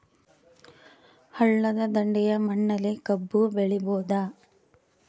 ಹಳ್ಳದ ದಂಡೆಯ ಮಣ್ಣಲ್ಲಿ ಕಬ್ಬು ಬೆಳಿಬೋದ?